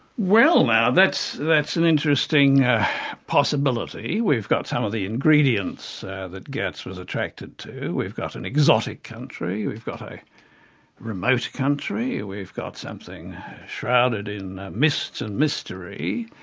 well now, that's that's an interesting possibility. we've got some of the ingredients that geertz was attracted to. we've got an exotic country, we've got a remote country, we've got something shrouded in mists and mystery,